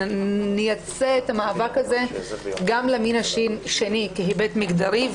שנייצא את המאבק הזה גם למין השני כהיבט מגדרי.